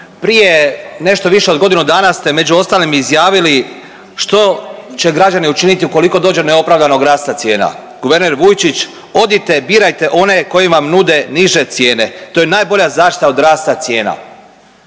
Prije nešto više od godinu dana ste među ostalim izjavili što će građani učiniti ukoliko dođe do neopravdanog rasta cijena? Guverner Vujčić odite birajte one koji vam nude niže cijene, to je najbolja zaštita od rasta cijena.